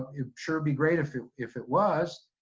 it sure be great if it if it was,